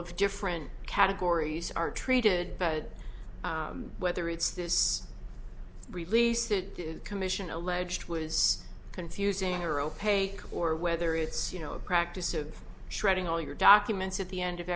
of different categories are treated whether it's this release that the commission alleged was confusing or opaque or whether it's you know a practice of shredding all your documents at the end of